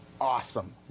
Awesome